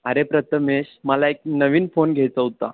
अरे प्रथमेश मला एक नवीन फोन घ्यायचा होता